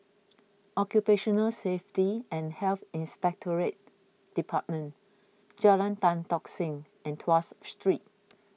Occupational Safety and Health Inspectorate Department Jalan Tan Tock Seng and Tuas Street